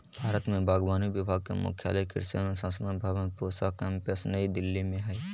भारत में बागवानी विभाग के मुख्यालय कृषि अनुसंधान भवन पूसा केम्पस नई दिल्ली में हइ